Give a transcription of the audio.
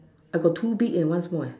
I got two big and one small eh